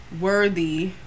worthy